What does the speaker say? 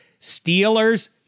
Steelers